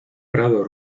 prado